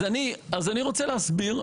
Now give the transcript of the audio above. אז אני רוצה להסביר.